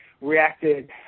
reacted